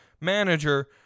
manager